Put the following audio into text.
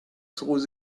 through